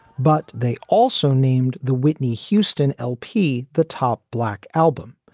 but they also named the whitney houston lp the top black album.